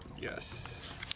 Yes